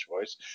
choice